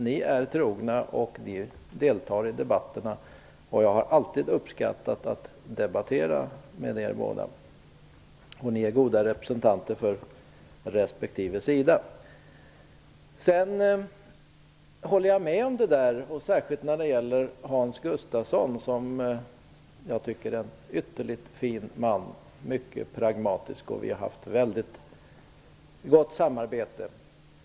Ni är trogna, och ni deltar i debatterna. Jag har alltid uppskattat att debattera med er båda. Ni är goda representanter för respektive sida. Jag håller med om det Arne Kjörnsberg sade om Hans Gustafsson. Jag tycker att han är en ytterligt fin man. Han är mycket pragmatisk, och vi har haft ett mycket gott samarbete.